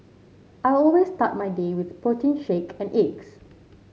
I always start my day with a protein shake and eggs